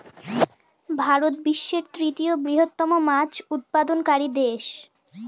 ভারত বিশ্বের তৃতীয় বৃহত্তম মাছ উৎপাদনকারী দেশ